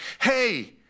hey